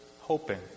hoping